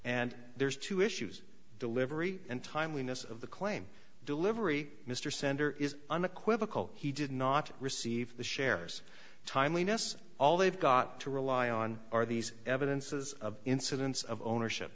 and there's two issues delivery and timeliness of the claim delivery mr sender is unequivocal he did not receive the shares timeliness all they've got to rely on are these evidences of incidence of ownership